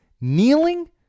kneeling